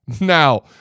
Now